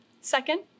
Second